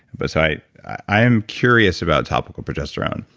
but so i i am curious about topical progesterone.